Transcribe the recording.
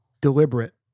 deliberate